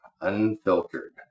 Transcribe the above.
Unfiltered